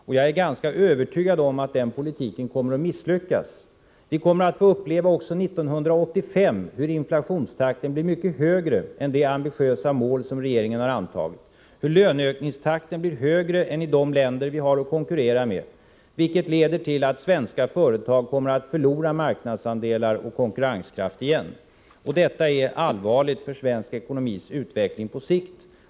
Och jag är ganska övertygad om att den politiken kommer att misslyckas. Vi kommer också 1985 att få uppleva hur inflationstakten blir mycket högre än det ambitiösa mål som regeringen antagit och hur löneökningstakten blir högre här än i de länder vi har att konkurrera med, vilket leder till att svenska företag igen kommer att förlora marknadsandelar och konkurrenskraft. Detta är allvarligt för svensk ekonomis utveckling på sikt.